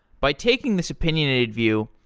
by taking this opinionated view,